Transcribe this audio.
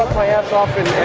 my ass off